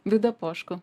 vidą poškų